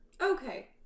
Okay